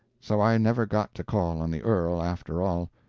so i never got to call on the earl, after all.